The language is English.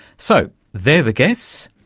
so, they're the guests,